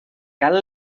cal